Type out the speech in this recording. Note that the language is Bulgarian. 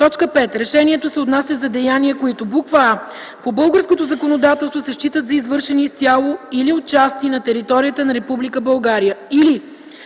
5. решението се отнася за деяния, които: а) по българското законодателство се считат за извършени изцяло или отчасти на територията на